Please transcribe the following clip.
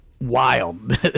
wild